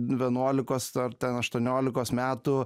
vienuolikos ar ten aštuoniolikos metų